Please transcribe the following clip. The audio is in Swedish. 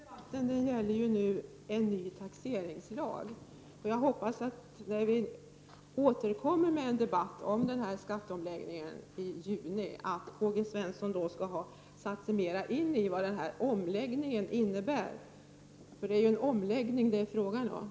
Herr talman! Den här debatten gäller en ny taxeringslag. Jag hoppas att Karl-Gösta Svenson när vi återkommer till en debatt om skatteomläggningen i juni bättre skall ha satt sig in i vad den innebär — det är ju fråga om en omläggning av beskattningen.